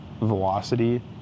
velocity